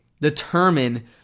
determine